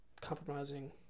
compromising